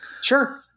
Sure